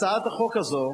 הצעת החוק הזאת,